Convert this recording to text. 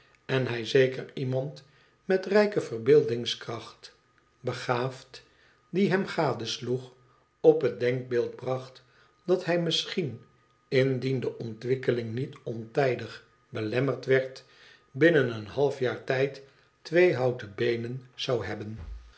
en hij zeker iemand met rijke verbeeldmgskracht begaafd die hem gadesloeg op het denkbeeld bracht dat hij misschien indien de ontwikkeling niet ontijdig belemmerd werd binnen een half jaar tijd twee houten beenen zou hebben